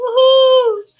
woohoo